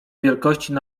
wielkości